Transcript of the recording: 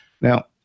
Now